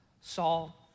Saul